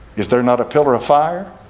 is they're not a pillar of fire?